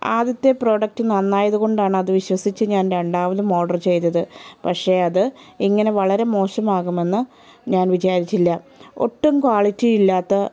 ആദ്യത്തെ പ്രോഡക്റ്റ് നന്നായതുകൊണ്ടാണ് അത് വിശ്വസിച്ച് ഞാൻ രണ്ടാമതും ഓർഡർ ചെയ്തത് പക്ഷേ അത് ഇങ്ങനെ വളരെ മോശമാകുമെന്ന് ഞാൻ വിചാരിച്ചില്ല ഒട്ടും ക്വാളിറ്റി ഇല്ലാത്ത